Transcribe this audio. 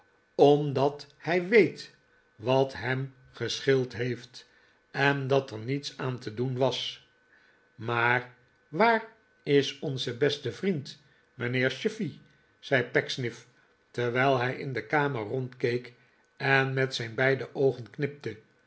omdat hij weet wat hem gescheeld heeft en dat er niets aan te doen was maar waar is onze beste vriend mijnheer chuffey zei pecksniff terwijl hij in de kamer rondkeek en met zijn beide oogen knipte